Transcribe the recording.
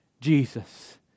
Jesus